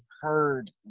heard